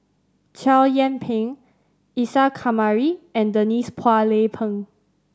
Chow Yian Ping Isa Kamari and Denise Phua Lay Peng